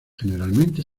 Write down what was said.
generalmente